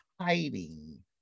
hiding